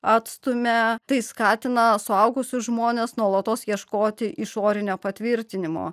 atstumia tai skatina suaugusius žmones nuolatos ieškoti išorinio patvirtinimo